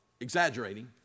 exaggerating